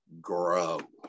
grow